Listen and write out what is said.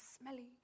smelly